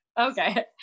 Okay